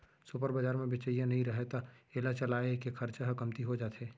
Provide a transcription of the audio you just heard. super बजार म बेचइया नइ रहय त एला चलाए के खरचा ह कमती हो जाथे